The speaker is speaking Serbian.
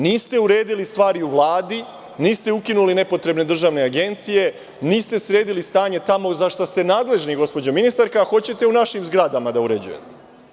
Niste uredili stvari u Vladi, niste ukinuli nepotrebne državne agencije, niste sredili stanje tamo zašta ste nadležni, gospođo ministarka, a hoćete u našim zgradama da uređujete.